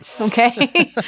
Okay